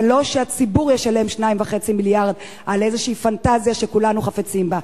אבל לא שהציבור ישלם 2.5 מיליארד על איזו פנטזיה שכולנו חפצים בה.